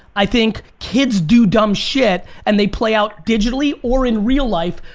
i think kids do dumb shit and they play out digitally or in real life.